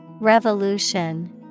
Revolution